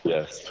Yes